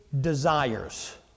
desires